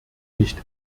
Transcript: nicht